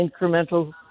incremental